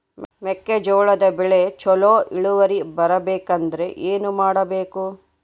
ಮೆಕ್ಕೆಜೋಳದ ಬೆಳೆ ಚೊಲೊ ಇಳುವರಿ ಬರಬೇಕಂದ್ರೆ ಏನು ಮಾಡಬೇಕು?